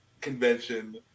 convention